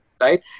right